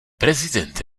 prezident